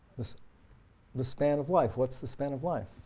the so the span of life, what's the span of life?